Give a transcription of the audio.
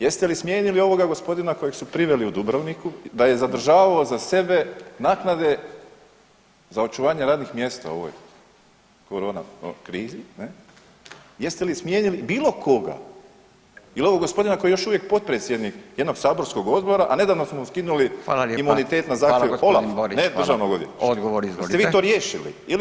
Jeste li smijenili ovog gospodina kojeg su priveli u Dubrovniku, da je zadržavao za sebe naknade za očuvanje radnih mjesta u ovoj Korona krizi, ne, jeste li smijenili bilo koga, ili ovog gospodina koji je još uvijek potpredsjednik jednog saborskog Odbora, a nedavno su mu skinuli imunitet na zahtjev, OLAF, ne Državnog odvjetništva.